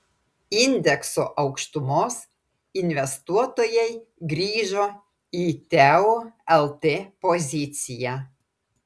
indekso aukštumos investuotojai grįžo į teo lt poziciją